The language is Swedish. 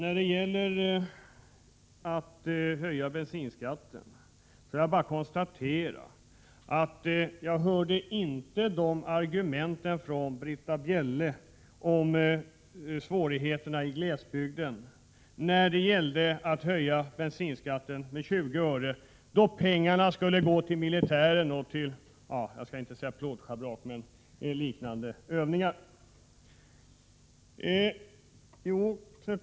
Från Britta Bjelle hörde jag inte argumentet om svårigheterna i glesbygden när det gällde att höja bensinskatten med 20 öre. Då skulle pengarna gå till militären och — jag skall inte säga plåtschabrak, men liknande saker.